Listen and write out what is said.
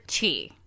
Chi